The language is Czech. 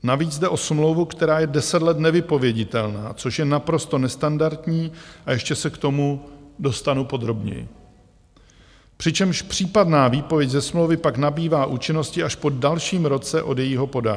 Navíc jde o smlouvu, která je 10 let nevypověditelná, což je naprosto nestandardní ještě se k tomu dostanu podrobněji přičemž případná výpověď ze smlouvy pak nabývá účinnosti až po dalším roce od jejího podání.